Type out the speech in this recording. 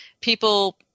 people –